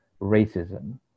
racism